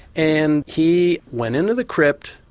and he went into the crypt,